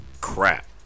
Crap